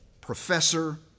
professor